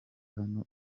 hano